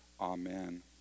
amen